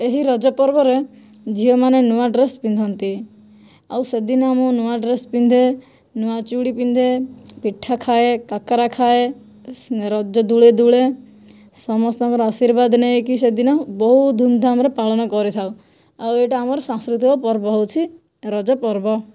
ଏହି ରଜପର୍ବରେ ଝିଅମାନେ ନୂଆ ଡ୍ରେସ୍ ପିନ୍ଧନ୍ତି ଆଉ ସେଦିନ ମୁଁ ନୂଆ ଡ୍ରେସ୍ ପିନ୍ଧେ ନୂଆ ଚୁଡ଼ି ପିନ୍ଧେ ପିଠା ଖାଏ କାକରା ଖାଏ ରଜ ଦୋଳିରେ ଦୁଳେ ସମସ୍ତଙ୍କର ଆଶୀର୍ବାଦ ନେଇକି ସେଦିନ ବହୁ ଧୁମ୍ଧାମ୍ରେ ପାଳନ କରିଥାଉ ଆଉ ଏଇଟା ଆମର ସାଂସ୍କୃତିକ ପର୍ବ ହେଉଛି ରଜପର୍ବ